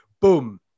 boom